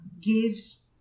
gives